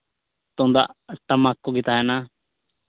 ᱛᱩᱢᱫᱟᱜ ᱴᱟᱢᱟᱠ ᱠᱚᱜᱮ ᱛᱟᱦᱮᱱᱟ